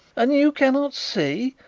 and you cannot see!